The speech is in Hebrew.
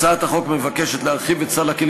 הצעת החוק מבקשת להרחיב את סל הכלים